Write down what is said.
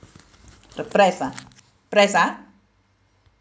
the price ah price ah